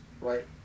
right